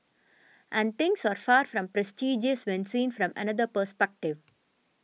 and things are far from prestigious when seen from another perspective